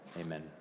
amen